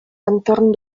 entorn